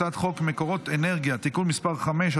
הצעת חוק מקורות אנרגיה (תיקון מס' 5),